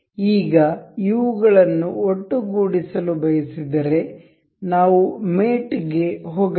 ಈಗ ಇವುಗಳನ್ನು ಒಟ್ಟುಗೂಡಿಸಲು ಬಯಸಿದರೆ ನಾವು ಮೇಟ್ ಗೆ ಹೋಗಬೇಕು